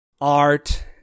art